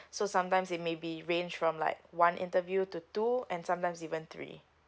so sometimes they may be range from like one interview to two and sometimes even three